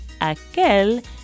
aquel